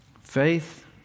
Faith